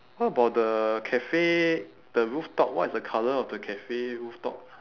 what about the cafe the rooftop what is the colour of the cafe rooftop